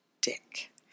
dick